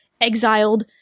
exiled